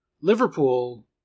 Liverpool